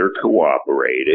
cooperated